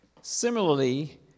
Similarly